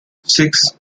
six